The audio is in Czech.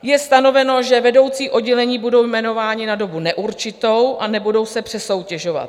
Je stanoveno, že vedoucí oddělení budou jmenováni na dobu neurčitou a nebudou se přesoutěžovat.